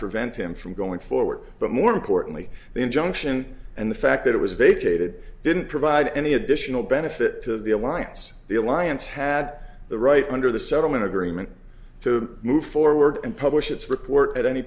prevent him from going forward but more importantly the injunction and the fact that it was vacated didn't provide any additional benefit to the alliance the alliance had the right under the settlement agreement to move forward and publish its report at any